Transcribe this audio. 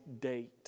date